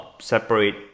separate